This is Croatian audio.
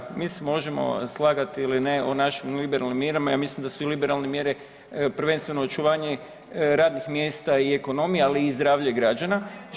Evo ga, mi se možemo slagati ili ne o našim liberalnim mjerama, ja mislim da su i liberalne mjere prvenstveno očuvanje radnih mjesta i ekonomija ali i zdravlje građana.